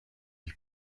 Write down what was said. lui